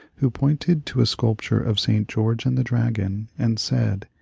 who pointed to a sculpture of st. george and the dragon and said,